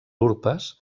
urpes